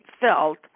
felt